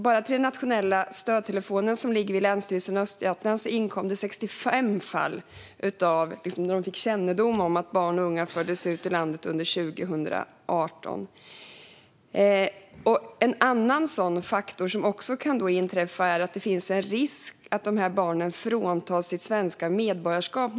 Bara till den nationella stödtelefonen, som finns vid Länsstyrelsen i Östergötlands län, inkom det 65 fall under 2018 där man fick kännedom om att barn och unga fördes ut ur landet. En annan faktor som man också bör räkna med är att det finns en risk för att dessa barn fråntas sitt svenska medborgarskap.